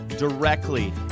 Directly